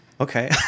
Okay